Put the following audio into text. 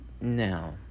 Now